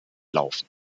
laufen